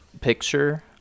picture